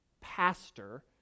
pastor